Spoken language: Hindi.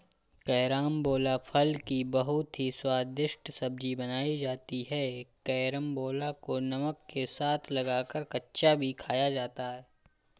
कैरामबोला फल की बहुत ही स्वादिष्ट सब्जी बनाई जाती है कैरमबोला को नमक के साथ लगाकर कच्चा भी खाया जाता है